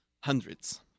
hundreds